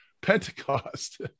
Pentecost